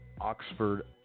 Oxford